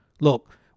Look